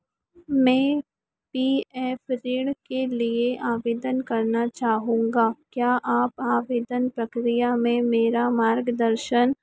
मैं P F ऋण के लिए आवेदन करना चाहूँगा क्या आप आवेदन प्रक्रिया में मेरा मार्गदर्शन